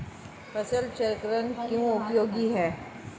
फसल चक्रण क्यों उपयोगी है?